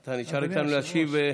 אתה נשאר איתנו להשיב.